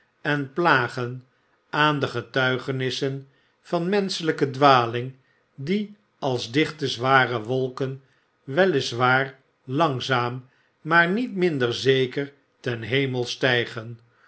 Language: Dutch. en plagen aan de getuigenissen van menschelijke dwaling die als dichte zware wolken wel is waar langzaam maar niet minder zeker ten hemel stijgen